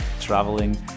traveling